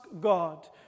God